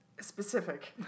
specific